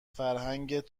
فرهنگت